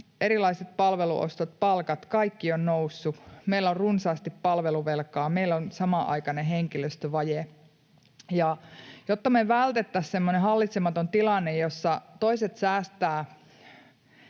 erilaiset palveluostot, palkat, kaikki, ovat nousseet. Meillä on runsaasti palveluvelkaa, meillä on samanaikainen henkilöstövaje. Jotta me vältettäisiin semmoinen hallitsematon tilanne, jossa toiset säästävät